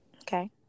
Okay